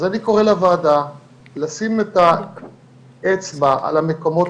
אז אני קורא לוועדה לשים את האצבע על המקומות